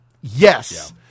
yes